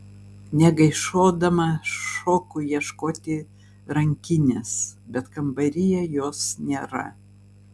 negaišuodama šoku ieškoti rankinės bet kambaryje jos nėra